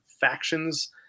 factions